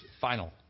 final